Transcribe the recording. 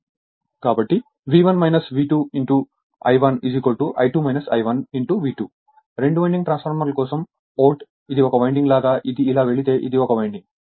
కాబట్టి V1 V2 I1 I2 I1 V2 రెండు winding transformer కోసం వోల్ట్ ఇది ఒక వైండింగ్ లాగా ఇది ఇలా వెళితే ఇది ఒక వైండింగ్